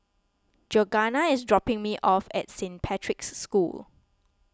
Georganna is dropping me off at Saint Patrick's School